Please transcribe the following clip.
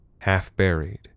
half-buried